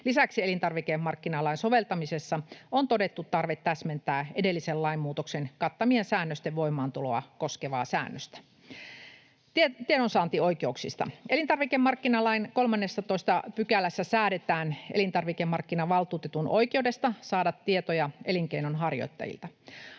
Lisäksi elintarvikemarkkinalain soveltamisessa on todettu tarve täsmentää edellisen lainmuutoksen kattamien säännösten voimaantuloa koskevaa säännöstä. Tiedonsaantioikeuksista: Elintarvikemarkkinalain 13 §:ssä säädetään elintarvikemarkkinavaltuutetun oikeudesta saada tietoja elinkeinonharjoittajilta.